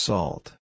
Salt